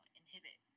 inhibit